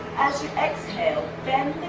as you exhale and